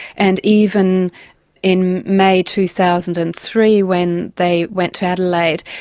and even in may two thousand and three, when they went to adelaide,